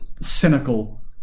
cynical